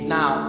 Now